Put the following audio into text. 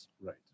right